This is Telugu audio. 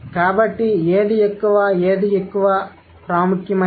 కాబట్టి ఏది ఎక్కువ ఏది ఎక్కువ ప్రాముఖ్యమైనది